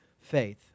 faith